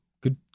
Good